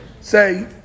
say